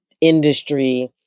industry